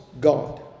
God